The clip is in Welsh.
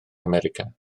america